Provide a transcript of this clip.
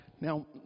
Now